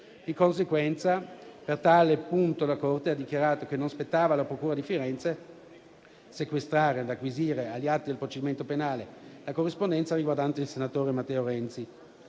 Di conseguenza, per tale punto la Corte ha dichiarato che non spettava alla procura di Firenze sequestrare ed acquisire agli atti del procedimento penale la corrispondenza riguardante il senatore Matteo Renzi,